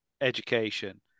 education